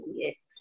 yes